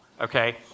okay